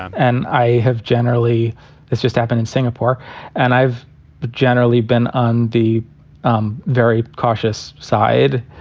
um and i have generally it's just happened in singapore and i've generally been on the um very cautious side.